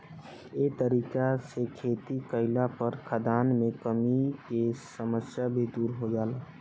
ए तरीका से खेती कईला पर खाद्यान मे कमी के समस्या भी दुर हो जाला